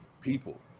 people